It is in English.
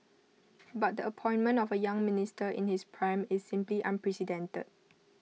but the appointment of A young minister in his prime is simply unprecedented